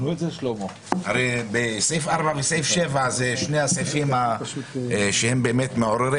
הרי סעיפים 4 ו-7 בחוק הלאום אלה שני סעיפים מעוררי